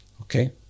Okay